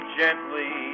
gently